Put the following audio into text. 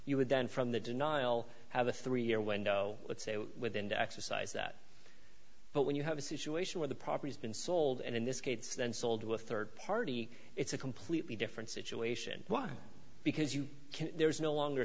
you would then from the denial have a three year window let's say within the exercise that but when you have a situation where the properties been sold and in this case then sold to a third party it's a completely different situation why because you can there's no longer